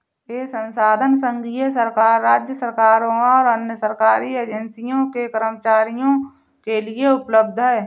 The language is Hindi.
यह संसाधन संघीय सरकार, राज्य सरकारों और अन्य सरकारी एजेंसियों के कर्मचारियों के लिए उपलब्ध है